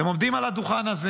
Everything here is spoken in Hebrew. אתם עומדים על הדוכן הזה